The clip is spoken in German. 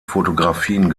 fotografien